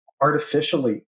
artificially